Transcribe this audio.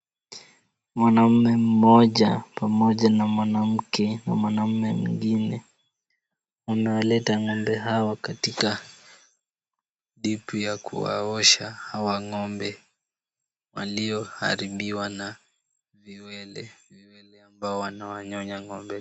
Mwanaume mmoja pamoja na mwanamke na mwanaume mwingine wanawaleta ng'ombe hawa katika dip ya kuwaosha hawa ng'ombe walioharibiwa na viwele, viwele ambao wanaowanyonya ng'ombe.